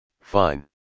fine